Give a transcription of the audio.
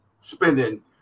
spending